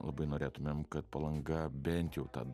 labai norėtumėm kad palanga bent jau tą